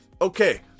Okay